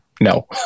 no